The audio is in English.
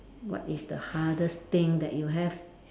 what is the hardest thing that you have